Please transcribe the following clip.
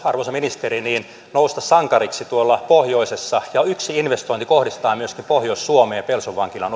arvoisa ministeri nousta sankariksi tuolla pohjoisessa ja yksi investointi kohdistaa myöskin pohjois suomeen pelson vankilan